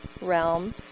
realm